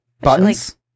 buttons